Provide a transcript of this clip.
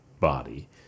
body